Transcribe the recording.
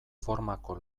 formako